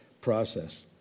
process